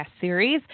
series